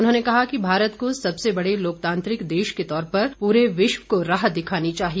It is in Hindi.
उन्होंने कहा कि भारत को सबसे बड़े लोकतांत्रिक देश के तौर पर पूरे विश्व को राह दिखानी चाहिए